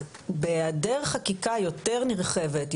אז בהעדר חקיקה יותר נרחבת,